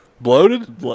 Bloated